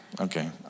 okay